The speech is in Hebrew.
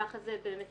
ככה זה במתווכים,